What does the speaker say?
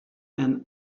and